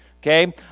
okay